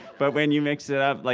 but when you mix it up, like